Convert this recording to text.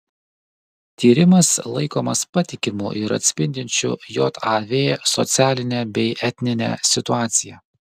tyrimas laikomas patikimu ir atspindinčiu jav socialinę bei etninę situaciją